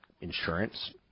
insurance